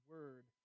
Word